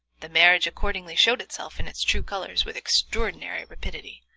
the marriage accordingly showed itself in its true colors with extraordinary rapidity.